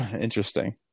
Interesting